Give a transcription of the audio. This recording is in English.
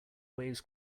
waves